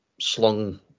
slung